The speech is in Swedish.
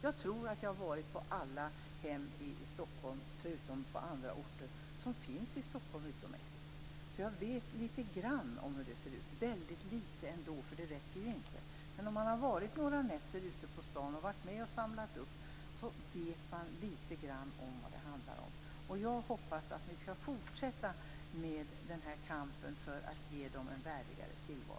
Jag tror att jag har varit på alla hem som finns i Stockholm förutom ett, och dessutom på andra orter. Jag vet litet grand om hur det ser ut. Det görs ändå väldigt litet, eftersom det inte räcker till. Om man har varit några nätter ute på stan och samlat upp människor vet man litet grand vad det handlar om. Jag hoppas att vi skall fortsätta kampen för att ge dessa människor en värdigare tillvaro.